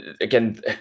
Again